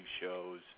shows